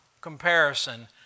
comparison